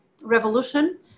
revolution